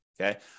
okay